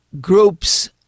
groups